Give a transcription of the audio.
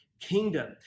kingdom